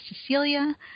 Cecilia